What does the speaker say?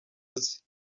azi